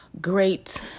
great